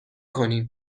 کنیم